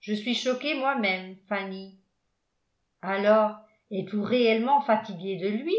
je suis choquée moi-même fanny alors êtes-vous réellement fatiguée de lui